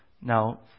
Now